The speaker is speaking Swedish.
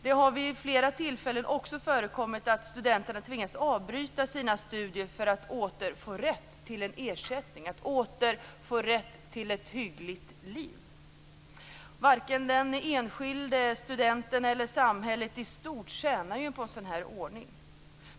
Det har vid flera tillfällen också förekommit att studenter tvingats avbryta sina studier för att åter få rätt till en ersättning och åter få rätt till ett hyggligt liv. Varken den enskilde studenten eller samhället i stort tjänar på en sådan ordning.